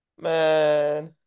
man